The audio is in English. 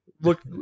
look